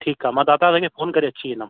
ठीकु आहे मां दादा तव्हांखे फ़ोन करे अची वेंदुमि